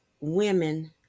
women